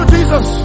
Jesus